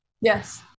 Yes